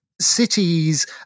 cities